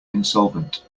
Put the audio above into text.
insolvent